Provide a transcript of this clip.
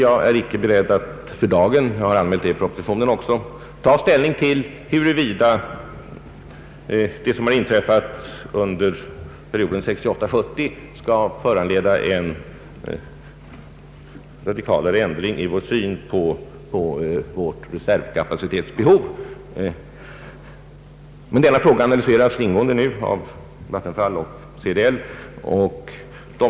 Jag är icke för dagen beredd — och det har jag anmält också i propositionen — att ta ställning till huruvida det som inträffat under perioden 1968—1970 skall föranleda en radikalare ändring i vår syn på reservkapacitetsbehovet. Denna fråga analyseras nu ingående av Vattenfall och CDL.